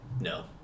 no